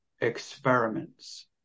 experiments